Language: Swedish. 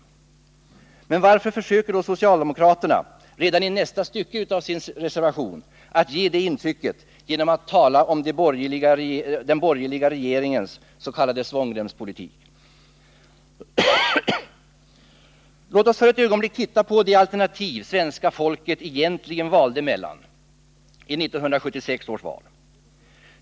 Men varför försöker då socialdemokraterna — i nästa stycke av reservationen — att ge det intrycket genom att tala om den borgerliga regeringens s.k. svångremspolitik? Låt oss för ett ögonblick titta på de alternativ svenska folket egentligen valde mellan i 1976 års val.